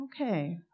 Okay